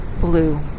blue